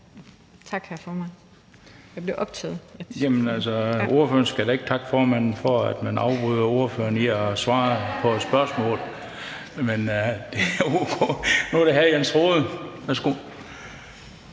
Den fg. formand (Bent Bøgsted): Jamen altså, ordføreren skal da ikke takke formanden for, at man afbryder ordføreren i at svare på et spørgsmål. Men nu er det hr. Jens Rohde. Værsgo.